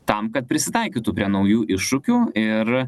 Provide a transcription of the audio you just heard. tam kad prisitaikytų prie naujų iššūkių ir